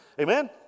Amen